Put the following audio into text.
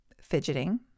fidgeting